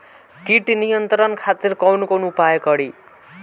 कीट नियंत्रण खातिर कवन कवन उपाय करी?